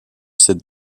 cette